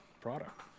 product